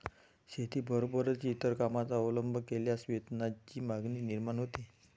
शेतीबरोबरच इतर कामांचा अवलंब केल्यास वेतनाची मागणी निर्माण होते